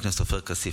חבר הכנסת עופר כסיף,